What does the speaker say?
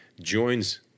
joins